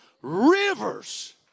Rivers